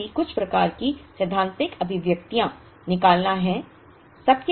दूसरी भी कुछ प्रकार की सैद्धांतिक अभिव्यक्तियाँ निकालना है